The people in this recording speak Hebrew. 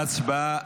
ההצבעה,